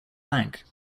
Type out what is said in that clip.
bank